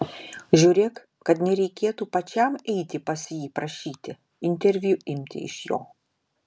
žiūrėk kad nereikėtų pačiam eiti pas jį prašyti interviu imti iš jo